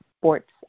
sports